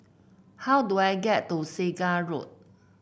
how do I get to Segar Road